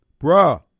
Bruh